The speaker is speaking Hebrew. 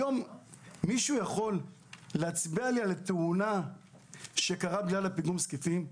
היום מישהו יכול להצביע לי על תאונה שקרתה בגלל פיגום זקיפים?